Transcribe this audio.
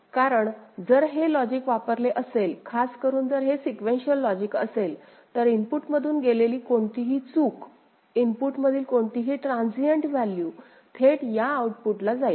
कारण जर हे लॉजिक वापरले असेल खास करून जर हे सिक्वेन्शिअल लॉजिक असेल तर इनपुटमधून गेलेली कोणतीही चूक इनपुटमधील कोणतीही ट्रांसीएंट व्हॅल्यू थेट या आउटपुटला जाईल